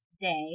Day